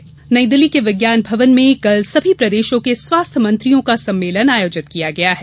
रूस्तम सिंह नई दिल्ली के विज्ञान भवन में कल सभी प्रदेशों के स्वास्थ्य मंत्रियों का सम्मेलन आयोजित किया गया है